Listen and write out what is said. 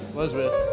Elizabeth